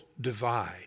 divide